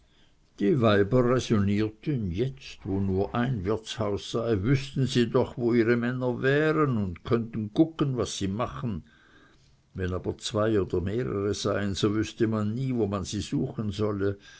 die weiber räsonnierten jetzt wo nur ein wirtshaus sei wüßten sie doch wo ihre männer wären und könnten guggen was sie machen wenn aber zwei oder mehrere seien so wüßte man nie wo man sie suchen solle